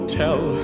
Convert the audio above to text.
tell